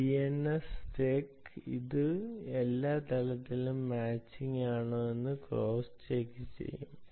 DNSsec ഇത് എല്ലാ തലത്തിലും മാച്ചിങ് ആണോ എന്ന് ക്രോസ്സ് ചെക്ക് ചെയ്യും